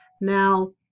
now